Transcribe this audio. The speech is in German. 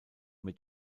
mit